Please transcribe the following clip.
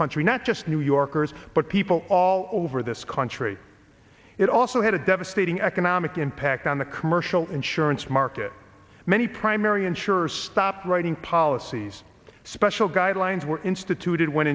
country not just new yorkers but people all over this country it also had a devastating economic impact on the commercial insurance market many primary insurers stopped writing policies special guidelines were instituted when